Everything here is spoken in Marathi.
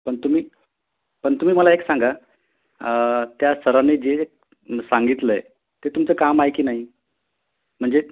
पण तुम्ही पण तुम्ही मला एक सांगा त्या सरांनी जे सांगितलं आहे ते तुमचं काम आहे की नाही म्हणजे